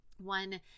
One